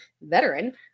veteran